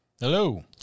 Hello